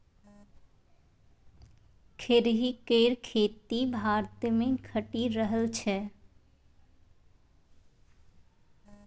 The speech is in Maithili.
खेरही केर खेती भारतमे घटि रहल छै